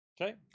Okay